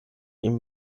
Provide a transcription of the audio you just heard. ihm